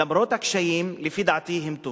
למרות הקשיים, לדעתי הן טובות,